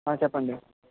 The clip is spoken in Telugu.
చెప్పండి